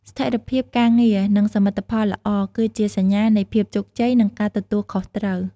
ស្ថិរភាពការងារ និងសមិទ្ធផលល្អ គឺជាសញ្ញានៃភាពជោគជ័យ និងការទទួលខុសត្រូវ។